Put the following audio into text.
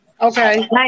Okay